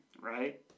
right